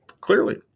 clearly